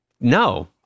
No